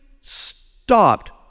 stopped